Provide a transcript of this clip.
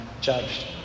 judged